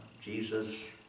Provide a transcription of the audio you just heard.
Jesus